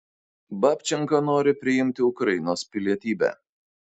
babčenka nori priimti ukrainos pilietybę